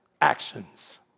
actions